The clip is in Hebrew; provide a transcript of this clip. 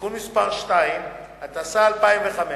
(תיקון מס' 2), התשס"ה 2005,